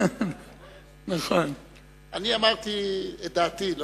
אני אמרתי את דעתי.